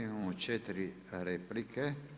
Imamo 4 replike.